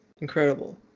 Incredible